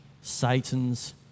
Satan's